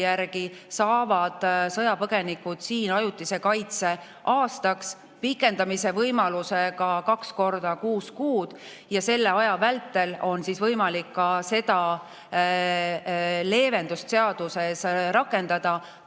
järgi saavad sõjapõgenikud siin ajutise kaitse aastaks, pikendamise võimalusega kaks korda kuus kuud. Selle aja vältel on võimalik ka seda leevendust seaduse kohaselt rakendada.